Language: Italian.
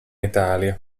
italia